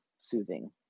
soothing